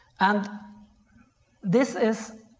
and this is